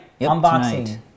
unboxing